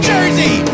Jersey